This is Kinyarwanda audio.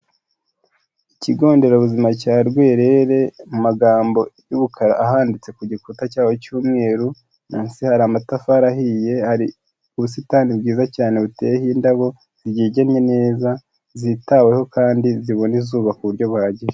Ikigo nderabuzima cya Rwerere mu magambo y'umukara ahanditse ku gikuta cyaho cy'umweru munsi hari amatafari ahiye, hari ubusitani bwiza cyane buteyeho indabo zigegennye neza zitaweho kandi zibona izuba ku buryo buhagije.